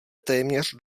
téměř